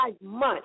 months